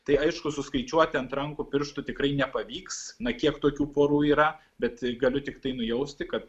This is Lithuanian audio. tai aišku suskaičiuoti ant rankų pirštų tikrai nepavyks na kiek tokių porų yra bet galiu tiktai nujausti kad